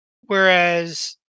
whereas